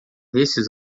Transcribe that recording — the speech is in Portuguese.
esses